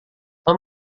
tom